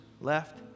left